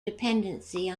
dependency